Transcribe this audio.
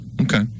Okay